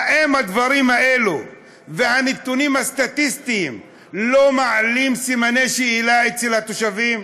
האם הדברים האלה והנתונים הסטטיסטיים לא מעלים סימני שאלה אצל התושבים?